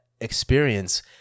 experience